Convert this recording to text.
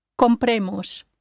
Compremos